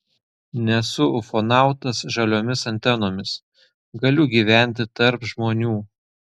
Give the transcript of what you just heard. nesu ufonautas žaliomis antenomis galiu gyventi tarp žmonių